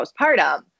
postpartum